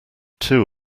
two